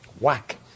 Whack